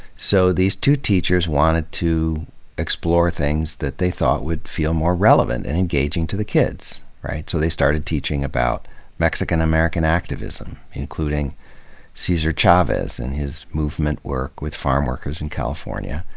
so these two teachers wanted to explore things that they thought would feel more relevant and engaging to the kids. so they started teaching about mexican-american activism, including cesar chavez and his movement work with farmworkers in california